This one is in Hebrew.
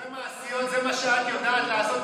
סיפורי מעשיות, זה מה שאת יודעת לעשות,